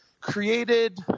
created